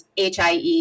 HIE